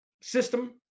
system